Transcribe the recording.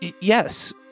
Yes